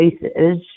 places